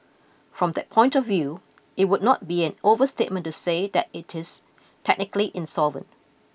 from that point of view it would not be an overstatement to say that it is technically insolvent